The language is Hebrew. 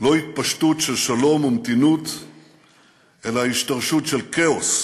לא התפשטות של שלום ומתינות אלא השתרשות של כאוס,